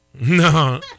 no